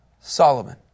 Solomon